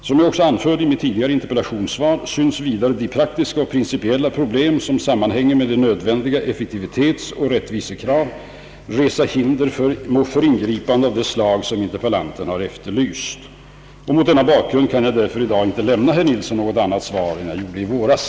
Som jag också anförde i mitt tidigare interpellationssvar synes vidare de praktiska och principiella problem, som sammanhänger med nödvändiga effektivitetsoch rättvisekrav, resa hinder för ingripanden av det slag interpellanten efterlyst. Mot denna bakgrund kan jag därför i dag inte lämna herr Nilsson något annat svar än i våras.